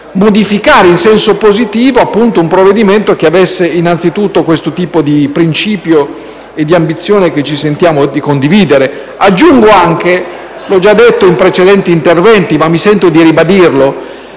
modificare in senso positivo un provvedimento che avesse innanzitutto questo tipo di principio e di ambizione, che ci sentiamo di condividere. Aggiungo anche - l'ho già detto in precedenti interventi, ma mi sento di ribadirlo